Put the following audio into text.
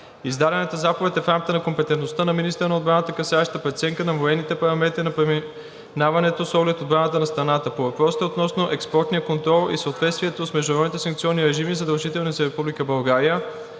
Издадената заповед е в рамките на компетентността на министъра на отбраната, касаеща преценка на военните параметри на преминаването с оглед отбраната на страната. По въпросите относно експортния контрол и съответствието с международните санкционни режими, задължителни за Република